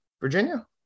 Virginia